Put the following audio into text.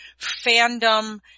fandom